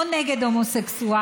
שעשיתי אותו